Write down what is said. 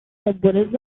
buddhism